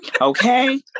Okay